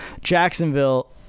Jacksonville